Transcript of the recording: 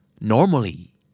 Normally